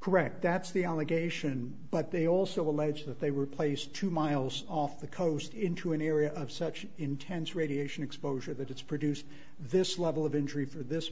correct that's the allegation but they also allege that they were placed two miles off the coast into an area of such intense radiation exposure that it's produced this level of injury for this